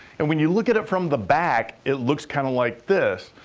and when you look at it from the back, it looks kind of like this.